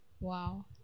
Wow